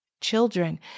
children